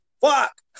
Fuck